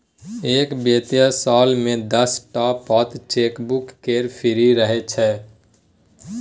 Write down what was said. एक बित्तीय साल मे दस टा पात चेकबुक केर फ्री रहय छै